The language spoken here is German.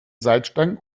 salzstangen